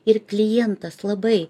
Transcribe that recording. ir klientas labai